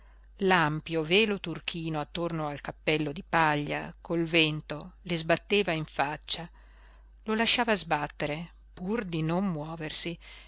l'ampio velo turchino attorno al cappello di paglia col vento le sbatteva in faccia lo lasciava sbattere pur di non muoversi